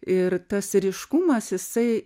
ir tas ryškumas jisai